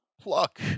Pluck